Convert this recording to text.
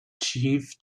chief